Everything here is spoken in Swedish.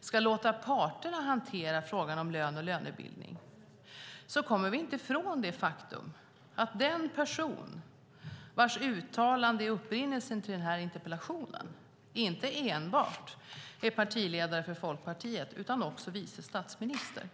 ska låta parterna hantera frågan om lön och lönebildning kommer vi inte ifrån det faktum att den person vars uttalande är upprinnelsen till interpellationen inte enbart är partiledare för Folkpartiet utan också är vice statsminister.